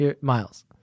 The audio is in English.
Miles